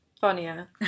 funnier